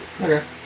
Okay